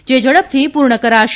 જે ઝડપથી પૂર્ણ કરાશે